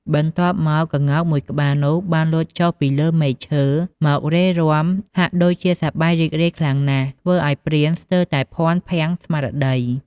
បន្ទាប់មកក្ងោកមួយក្បាលនោះបានលោតចុះពីលើមែកឈើ មករេរាំហាក់ដូចជាសប្បាយរីករាយខ្លាំងណាស់ ធ្វើឱ្យព្រានស្ទើរតែភាន់ភាំងស្មារតី។